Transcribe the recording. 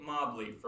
Mobley